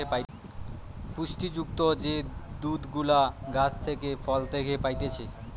পুষ্টি যুক্ত যে দুধ গুলা গাছ থেকে, ফল থেকে পাইতেছে